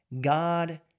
God